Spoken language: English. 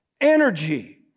Energy